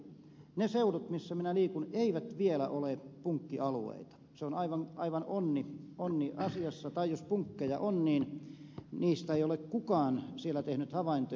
ne seudut missä minä liikun eivät vielä ole punkkialueita se on aivan onni asiassa tai jos punkkeja on niin niistä ei ole kukaan siellä tehnyt havaintoja